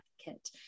advocate